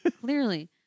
clearly